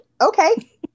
Okay